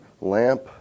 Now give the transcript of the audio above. lamp